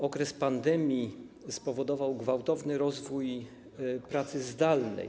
Okres pandemii spowodował gwałtowny rozwój pracy zdalnej.